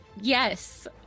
yes